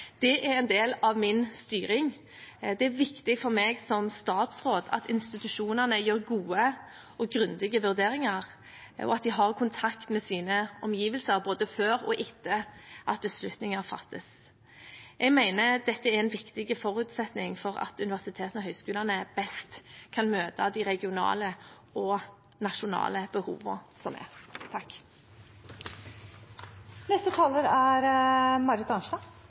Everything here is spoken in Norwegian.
Det er en del av min styring. Det er viktig for meg som statsråd at institusjonene gjør gode og grundige vurderinger, og at de har kontakt med sine omgivelser, både før og etter at beslutninger fattes. Jeg mener dette er en viktig forutsetning for at universitetene og høyskolene best kan møte de regionale og nasjonale behovene som er. Jeg takker statsråden for svar. Det er